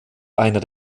einer